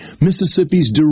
Mississippi's